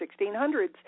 1600s